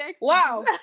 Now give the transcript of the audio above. Wow